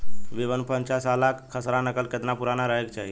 B one और पांचसाला खसरा नकल केतना पुरान रहे के चाहीं?